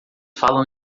falam